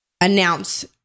announce